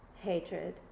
hatred